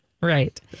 Right